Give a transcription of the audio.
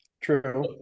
True